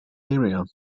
area